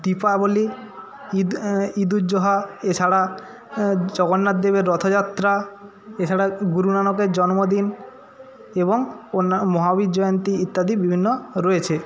দীপাবলি ঈদ ইদুজ্জোহা এছাড়া জগন্নাথদেবের রথযাত্রা এছাড়া গুরুনানকের জন্মদিন এবং অন্য মহাবীর জয়ন্তী ইত্যাদি বিভিন্ন রয়েছে